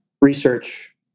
research